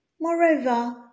Moreover